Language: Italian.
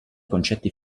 concetti